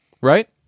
Right